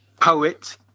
poet